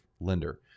lender